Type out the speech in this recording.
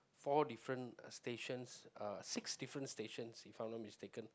four different stations uh six different stations if I'm not mistaken